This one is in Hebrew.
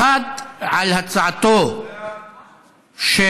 אחת, הצעתו של